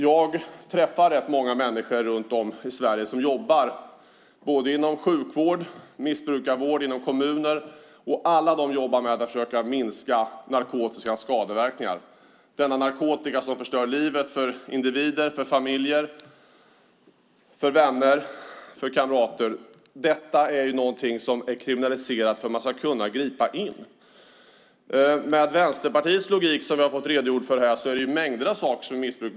Jag träffar rätt många människor runt om i Sverige som jobbar inom sjukvård, missbrukarvård och inom kommuner, och alla jobbar de med att försöka minska narkotikans skadeverkningar - denna narkotika som förstör livet för individer, för familjer, för vänner och kamrater. Detta är ju någonting som är kriminaliserat för att man ska kunna gripa in. Med Vänsterpartiets logik, som vi har fått redogjord för här, är det mängder av saker som är missbruk.